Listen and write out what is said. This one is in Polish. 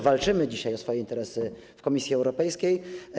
Walczymy dzisiaj o swoje interesy w Komisji Europejskiej.